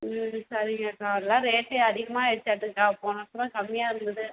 ம் சரிங்கக்கா எல்லாம் ரேட்டு அதிகமாக ஆயிருச்சாட்டுங்க்கா போன வருஷம்லாம் கம்மியாக இருந்தது